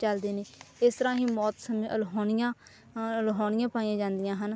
ਚਲਦੇ ਨੇ ਇਸ ਤਰ੍ਹਾਂ ਹੀ ਮੌਤ ਸਮੇਂ ਅਲਾਹੁਣੀਆਂ ਅਲਾਹੁਣੀਆਂ ਪਾਈਆਂ ਜਾਂਦੀਆਂ ਹਨ